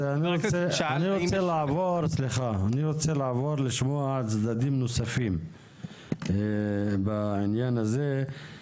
אני רוצה לעבור ולשמוע צדדים נוספים בעניין הזה.